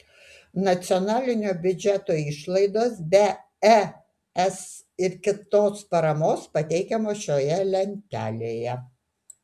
nacionalinio biudžeto išlaidos be es ir kitos paramos pateikiamos šioje lentelėje